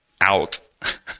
out